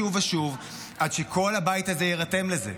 שוב ושוב עד שכל הבית הזה יירתם לזה,